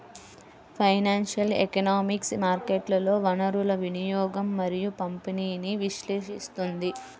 financial economics మార్కెట్లలో వనరుల వినియోగం మరియు పంపిణీని విశ్లేషిస్తుంది